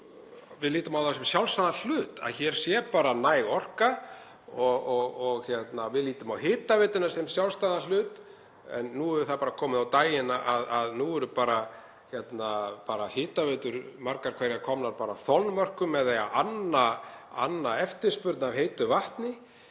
við lítum á það sem sjálfsagðan hlut að hér sé bara næg orka og við lítum á hitaveituna sem sjálfsagðan hlut. En nú hefur það komið á daginn að nú eru hitaveitur margar hverjar komnar að þolmörkum við að anna eftirspurn eftir heitu vatni.